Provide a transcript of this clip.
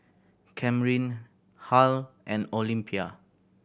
Camryn Harl and Olympia